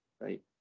right